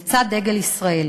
לצד דגל ישראל.